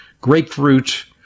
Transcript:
grapefruit